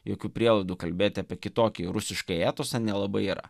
jokių prielaidų kalbėti apie kitokį rusiškąjį etosą nelabai yra